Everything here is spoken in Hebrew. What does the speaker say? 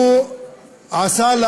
הוא עשה לעד